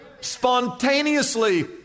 spontaneously